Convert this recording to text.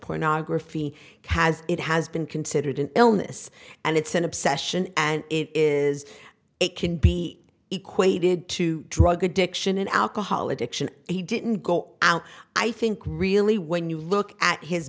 pornography has it has been considered an illness and it's an obsession and it is it can be equated to drug addiction and alcohol addiction he didn't go out i think really when you look at his